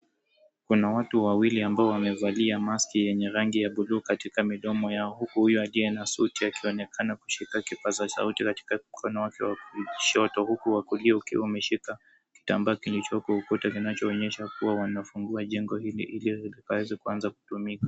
Kuna watu wawili ambao wamevalia maski ya rangi ya buluu katika midomo yao huku huyu aliye na suti akionekana akishuka kipaza sauti katika mkono wake wa kushoto huku wa kulia ukiwa umeshika kitambaa kinachoonyesha kuwa wanafungua jengo hili ili waweze kuanza kutumia.